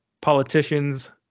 politicians